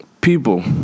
People